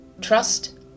trust